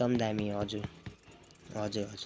एकदम दामी हजुर हजुर हजुर